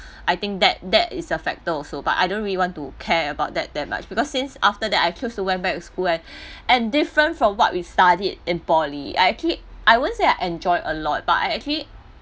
I think that that is a factor also but I don't really want to care about that that much because since after that I choose to went back to school and and different from what we studied in poly I actually I wouldn't say I enjoyed a lot but I actually